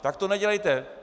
Tak to nedělejte.